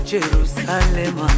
Jerusalem